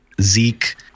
Zeke